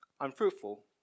unfruitful